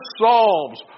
Psalms